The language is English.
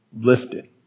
lifted